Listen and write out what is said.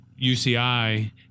UCI